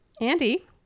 Andy